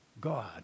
God